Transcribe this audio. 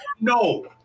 No